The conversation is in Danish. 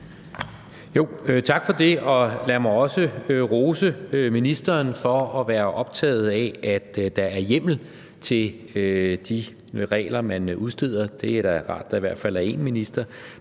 Tak for det. Lad mig også rose ministeren for at være optaget af, at der er hjemmel til de regler, man udsteder. Det er da rart, at der i hvert fald er én minister,